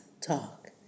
talk